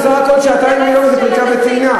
בסך הכול שעתיים ביום זה פריקה וטעינה,